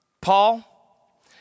Paul